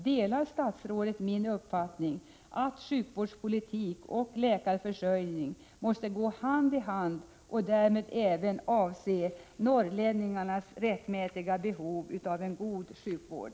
Delar statsrådet min uppfattning att sjukvårdspolitik och läkarförsörjning måste gå hand i hand och därmed även avse norrlänningarnas rättmätiga behov av en god sjukvård?